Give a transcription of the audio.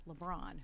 lebron